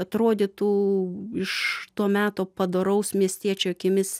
atrodytų iš to meto padoraus miestiečio akimis